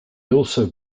also